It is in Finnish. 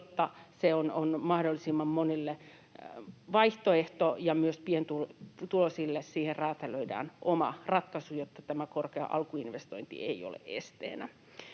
jotta se on mahdollisimman monille vaihtoehto, ja myös pienituloisille siihen räätälöidään oma ratkaisu, jotta tämä korkea alkuinvestointi ei ole esteenä.